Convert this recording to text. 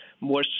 more